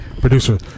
Producer